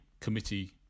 Committee